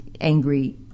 angry